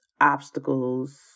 Obstacles